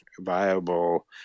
viable